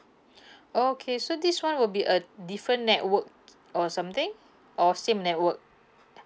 oh okay so this one will be a different network t~ or something or same network